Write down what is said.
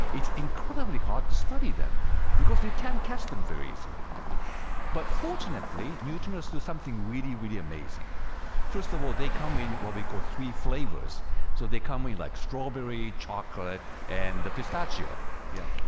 it's incredibly hard to study them because you can catch them very easily but fortunately neutrinos do something really really amazing first of all, they come in what we call three flavors so they come with like strawberry chocolate and the pistachio yeah,